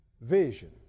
vision